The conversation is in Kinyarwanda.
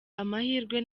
amahirwe